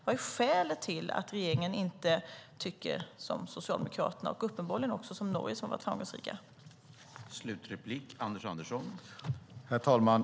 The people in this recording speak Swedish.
Vad är skälet till att regeringen inte tycker som Socialdemokraterna och inte heller som det framgångsrika Norge?